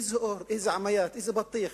איזה אור, איזה עמאיאת, איזה בטיח.